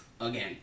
again